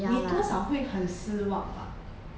你多少会很失望吧